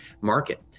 market